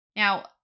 Now